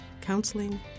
counseling